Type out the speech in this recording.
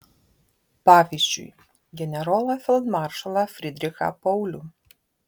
pavyzdžiui generolą feldmaršalą frydrichą paulių